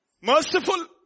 merciful